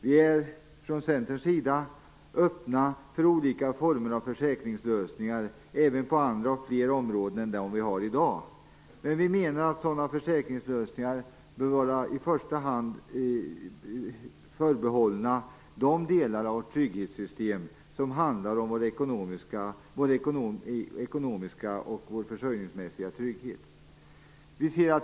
Vi är från Centerns sida öppna för olika former av försäkringslösningar även på andra och fler områden än i dag. Vi menar dock att sådana försäkringslösningar i första hand bör vara förbehållna de delar av vårt trygghetssystem som gäller vår ekonomiska och försörjningsmässiga trygghet.